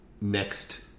next